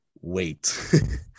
wait